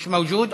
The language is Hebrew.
מיש מווג'וד.